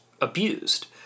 abused